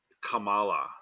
kamala